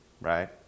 Right